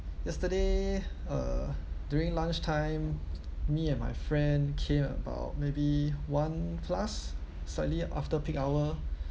yesterday uh during lunchtime me and my friend came about maybe one plus slightly after peak hour